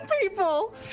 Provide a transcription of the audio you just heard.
people